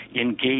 engage